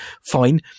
fine